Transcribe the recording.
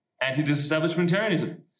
Anti-disestablishmentarianism